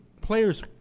players